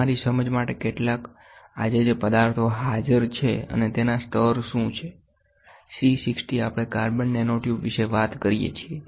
તમારી સમજ માટે કેટલાક આજે જે પદાર્થો હાજર છે અને તેના સ્તર શું છે C60 આપણે કાર્બન નેનોટ્યુબ વિશે વાત કરીએ છીએ